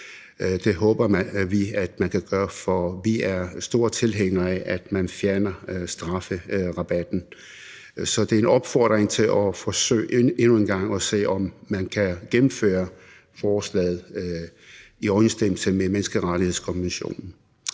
Det håber vi man kan sørge for. Vi er store tilhængere af, at man fjerne strafrabatten, så det er en opfodring til endnu engang at forsøge at se, om man kan gennemføre forslaget i overensstemmelse med menneskerettighedskonventionen.